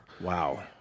Wow